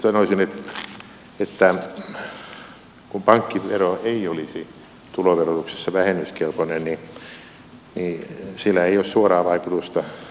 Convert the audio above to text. edustaja turuselle sanoisin että kun pankkivero ei olisi tuloverotuksessa vähennyskelpoinen niin sillä ei olisi suoraa vaikutusta niin että se vähentäisi yhteisöveroa